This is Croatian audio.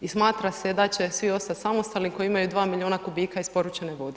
I smatra se da će svi ostat samostalni koji imaju 2 milijuna kubika isporučene vode.